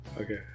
Okay